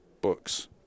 books